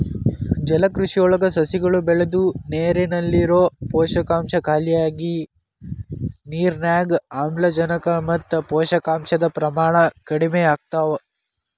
ಜಲಕೃಷಿಯೊಳಗ ಸಸಿಗಳು ಬೆಳದು ನೇರಲ್ಲಿರೋ ಪೋಷಕಾಂಶ ಖಾಲಿಯಾಗಿ ನಿರ್ನ್ಯಾಗ್ ಆಮ್ಲಜನಕ ಮತ್ತ ಪೋಷಕಾಂಶದ ಪ್ರಮಾಣ ಕಡಿಮಿಯಾಗ್ತವ